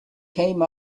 came